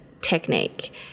technique